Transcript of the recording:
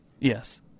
Yes